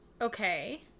Okay